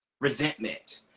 resentment